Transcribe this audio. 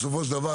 בסופו של דבר,